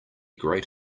great